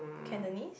cantonese